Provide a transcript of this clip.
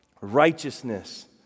righteousness